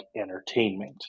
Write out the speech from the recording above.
entertainment